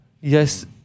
Yes